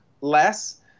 less